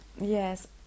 Yes